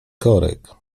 korek